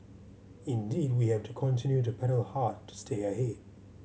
indeed we have to continue to paddle hard to stay ahead